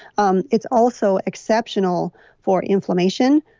um it's also exceptional for inflammation,